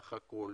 בסך הכול